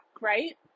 right